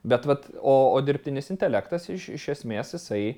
bet vat o o dirbtinis intelektas iš iš esmės jisai